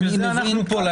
אני לא אוותר לך.